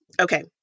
Okay